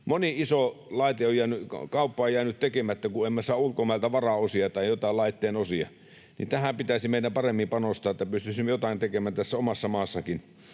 Moni iso laitekauppa on jäänyt tekemättä, kun emme saa ulkomailta varaosia tai joitain laitteen osia. Tähän pitäisi meidän paremmin panostaa, että pystyisimme jotain tekemään tässä omassa maassammekin.